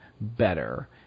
better